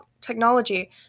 technology